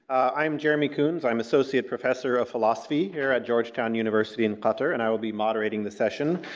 i am jeremy koons, i am associate professor of philosophy here at georgetown university in qatar, and i will be moderating the session.